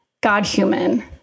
God-human